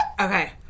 Okay